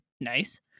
Nice